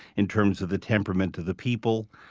in terms of the temperament of the people.